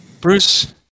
Bruce